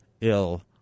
ill